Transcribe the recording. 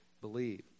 believe